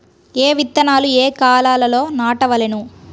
ఏ విత్తనాలు ఏ కాలాలలో నాటవలెను?